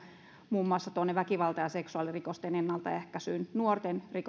muun muassa väkivalta ja seksuaalirikosten ennaltaehkäisyyn nuorten